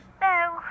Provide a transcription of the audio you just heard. No